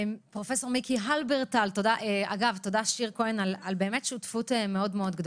שיר כהן, תודה על שותפות גדולה מאוד.